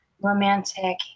romantic